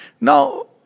Now